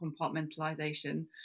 compartmentalization